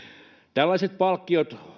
tällaiset palkkiot